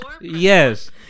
Yes